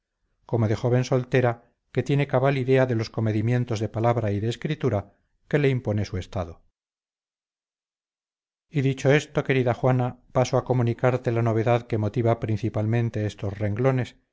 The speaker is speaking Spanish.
como de joven soltera que tiene cabal idea de los comedimientos de palabra y de escritura que le impone su estado y dicho esto querida juana paso a comunicarte la novedad que motiva principalmente estos renglones